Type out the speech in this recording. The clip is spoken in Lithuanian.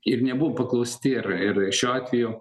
ir nebuvom paklausti ir ir šiuo atveju